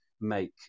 make